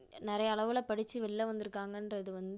நிறையா அளவில் படிச்சு வெளியில வந்திருக்காங்கன்றது வந்து